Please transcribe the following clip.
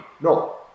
No